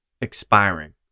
Expiring